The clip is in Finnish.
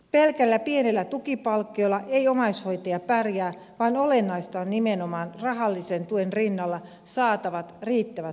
pelkällä pienellä tukipalkkiolla ei omaishoitaja pärjää vaan olennaista on nimenomaan rahallisen tuen rinnalla saatavat riittävät palvelut